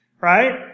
right